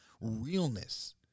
realness